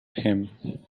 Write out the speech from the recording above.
him